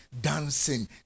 dancing